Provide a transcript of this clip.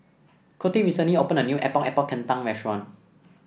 Coty recently opened a new Epok Epok Kentang restaurant